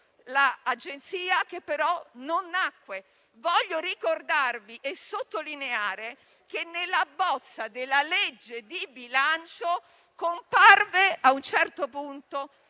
dell'Agenzia, che però non ci fu. Voglio sottolineare che nella bozza della legge di bilancio comparve a un certo punto